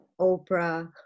Oprah